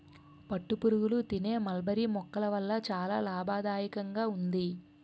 పట్టుపురుగులు తినే మల్బరీ మొక్కల వల్ల చాలా లాభదాయకంగా ఉంది